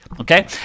okay